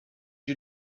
you